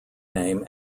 name